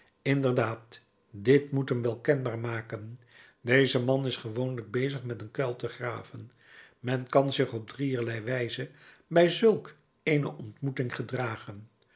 inderdaad dit moet hem wel kenbaar maken deze man is gewoonlijk bezig met een kuil te graven men kan zich op drieërlei wijze bij zulk eene ontmoeting gedragen